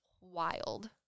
wild